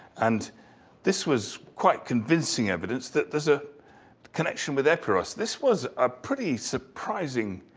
and this was quite convincing evidence that there's a connection with epiros. this was a pretty surprising